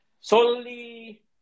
solely